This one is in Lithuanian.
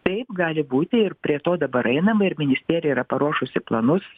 taip gali būti ir prie to dabar einam ir ministerija yra paruošusi planus